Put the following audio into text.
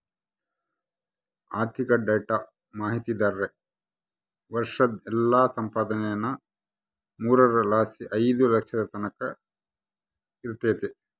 ಆರ್ಥಿಕ ಡೇಟಾ ಮಾಹಿತಿದಾರ್ರ ವರ್ಷುದ್ ಎಲ್ಲಾ ಸಂಪಾದನೇನಾ ಮೂರರ್ ಲಾಸಿ ಐದು ಲಕ್ಷದ್ ತಕನ ಇರ್ತತೆ